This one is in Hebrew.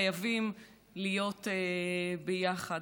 חייבים להיות ביחד.